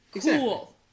Cool